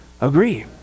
agree